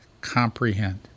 comprehend